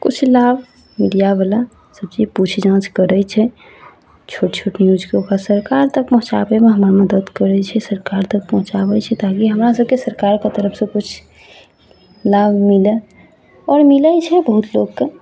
किछु लाभ दियावै लए सबचीज पूछ जाँच करय छै छोट छोट न्यूजके ओकरा सरकार तक पहुँचाबयमे हमरा मदति करय छै सरकार तक पहुँचाबय छै ताकि हमरा सबके सरकारके तरफसँ किछु लाभ मिलय आओर मिलय छै बहुत लोकके